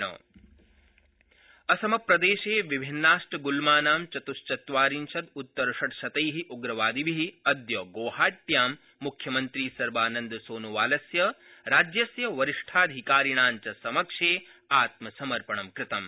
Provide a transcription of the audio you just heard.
असमप्रदश्ची उग्रवादिनां सम्पणम् असमप्रदेशे विभिन्नाष्टगुल्मानां चतृश्चत्वारिशदृत्तरषट्शता अप्रवादिभि अद्य गौहाट्यां मुख्यमन्त्री सर्बानन्द सोनोवालस्य राज्यस्य वरिष्ठाधिकारिणां च समक्षे आत्मसमर्पणं कृतम्